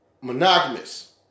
monogamous